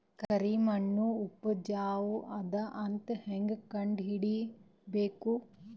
ಕರಿಮಣ್ಣು ಉಪಜಾವು ಅದ ಅಂತ ಹೇಂಗ ಕಂಡುಹಿಡಿಬೇಕು?